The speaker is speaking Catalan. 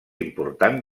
important